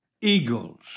eagles